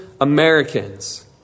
Americans